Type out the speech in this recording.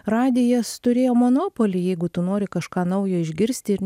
radijas turėjo monopolį jeigu tu nori kažką naujo išgirsti ir